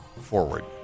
forward